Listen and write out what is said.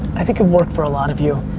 i think it work for a lot of you.